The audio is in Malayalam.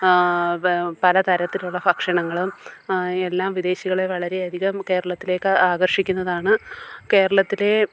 പല തരത്തിലുള്ള ഭക്ഷണങ്ങളും എല്ലാം വിദേശികളെ വളരെയധികം കേരളത്തിലേക്ക് ആകർഷിക്കുന്നതാണ് കേരളത്തിലെ